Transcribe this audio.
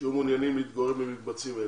שיהיו מעוניינים להתגורר במקבצים אלה.